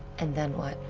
and then what?